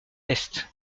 est